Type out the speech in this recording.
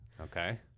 Okay